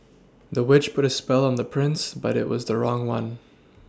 the witch put a spell on the prince but it was the wrong one